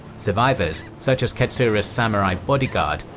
survivors, such as katsura's samurai bodyguard,